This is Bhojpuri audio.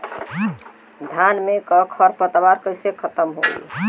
धान में क खर पतवार कईसे खत्म होई?